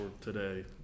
today